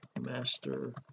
Master